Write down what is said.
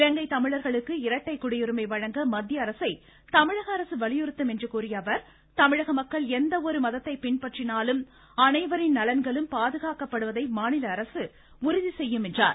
இலங்கை தமிழர்களுக்கு இரட்டைகுடியுரிமை வழங்க மத்திய அரசை தமிழக அரசு வலியுறுத்தும் என்று கூறிய அவர் தமிழக மக்கள் எந்தவொரு மதத்தை பின்பற்றினாலும் அனைவரின் நலன்களும் பாதுகாக்கப்படுவதை மாநில அரசு உறுதி செய்யும் என்றார்